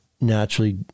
naturally